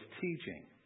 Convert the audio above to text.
teaching